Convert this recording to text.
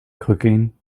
cooking